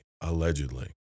allegedly